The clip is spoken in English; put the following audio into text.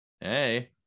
hey